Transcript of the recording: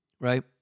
right